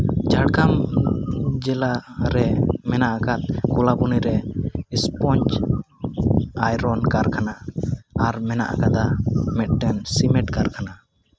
ᱡᱷᱟᱲᱜᱨᱟᱢ ᱡᱮᱞᱟ ᱨᱮ ᱢᱮᱱᱟᱜ ᱟᱠᱟᱫ ᱠᱚᱞᱟᱵᱚᱱᱤ ᱨᱮ ᱥᱯᱚᱧᱡᱽ ᱟᱭᱨᱚᱱ ᱠᱟᱨᱠᱷᱟᱱᱟ ᱟᱨ ᱢᱮᱱᱟᱜ ᱠᱟᱫᱟ ᱟᱨ ᱢᱤᱫᱴᱮᱱ ᱥᱤᱢᱮᱱᱴ ᱠᱟᱨᱠᱷᱟᱱᱟ